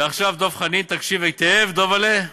ועכשיו, דב חנין, תקשיב היטב, דובל'ה,